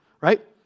right